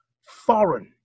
foreign